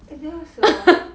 eh ya sia